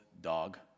dog